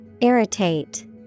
Irritate